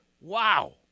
Wow